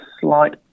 slight